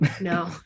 no